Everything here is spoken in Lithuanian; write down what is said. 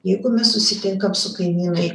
jeigu mes susitinkam su kaimynai